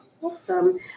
Awesome